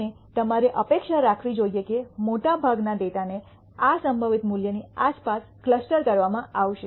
અને તમારે અપેક્ષા રાખવી જોઈએ કે મોટાભાગના ડેટાને આ સંભવિત મૂલ્યની આસપાસ ક્લસ્ટર કરવામાં આવશે